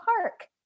park